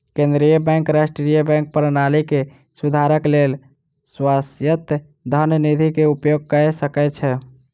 केंद्रीय बैंक राष्ट्रीय बैंक प्रणाली के सुधारक लेल स्वायत्त धन निधि के उपयोग कय सकै छै